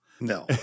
No